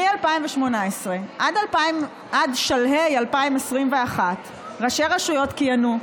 מ-2018 עד שלהי 2021 ראשי רשויות כיהנו,